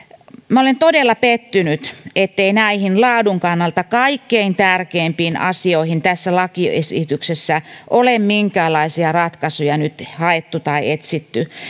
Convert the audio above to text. minä olen todella pettynyt ettei näihin laadun kannalta kaikkein tärkeimpiin asioihin tässä lakiesityksessä ole minkäänlaisia ratkaisuja nyt haettu tai etsitty